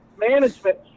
Management